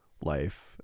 life